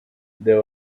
there